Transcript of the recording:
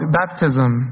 baptism